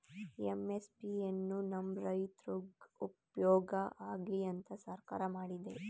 MSP ಎನ್ನು ನಮ್ ರೈತ್ರುಗ್ ಉಪ್ಯೋಗ ಆಗ್ಲಿ ಅಂತ ಸರ್ಕಾರ ಮಾಡಿದೆ